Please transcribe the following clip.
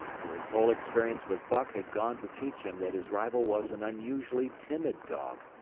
for his whole experience with buck had gone to teach him that his rival was an unusually timid dog,